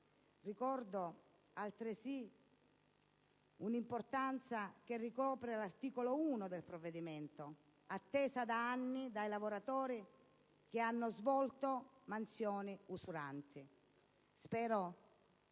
Ricordando, altresì, l'importanza che ricopre l'articolo 1 del provvedimento, attesa da anni dai lavoratori che hanno svolto mansioni usuranti, spero